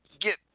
get